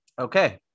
Okay